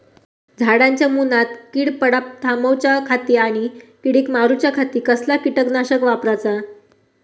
झाडांच्या मूनात कीड पडाप थामाउच्या खाती आणि किडीक मारूच्याखाती कसला किटकनाशक वापराचा?